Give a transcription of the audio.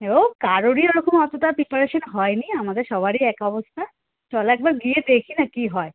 হ্যাঁ ও কারোরই ওরকম অতোটা প্রিপারেশন হয় নি আমাদের সবারই এক অবস্থা চল একবার গিয়ে দেখি না কী হয়